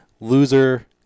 loser